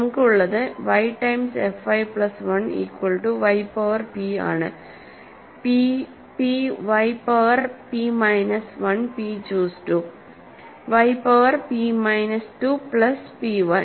നമുക്കുള്ളത് y times fy plus 1 equal to y power p ആണ് p p y power p minus 1 p ചൂസ്2 y power p minus 2 plus p Y